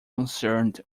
concerned